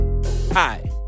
Hi